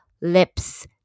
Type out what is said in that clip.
lips